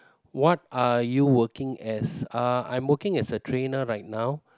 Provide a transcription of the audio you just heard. what are you working as I'm working as a trainer right now